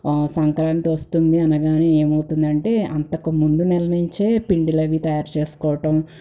సంక్రాంతి వస్తుంది అంటే ఏమవుతుందంటే అంతకు ముందు నెల నుంచి పిండిలవి తయారు చేసుకోవటం